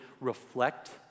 reflect